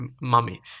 mummy